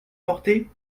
porter